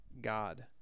God